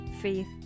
faith